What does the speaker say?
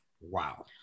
Wow